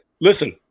listen